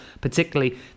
particularly